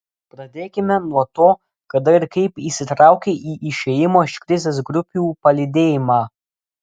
pradėkime nuo to kada ir kaip įsitraukei į išėjimo iš krizės grupių palydėjimą